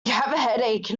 headache